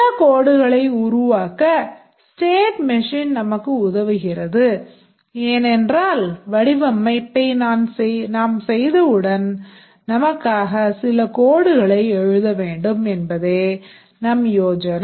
சில codeடுகளை உருவாக்க state machine நமக்கு உதவுகிறது ஏனென்றால் வடிவமைப்பை நாம் செய்தவுடன் நமக்காக சில codeடுகளை எழுத வேண்டும் என்பதே நம் யோசனை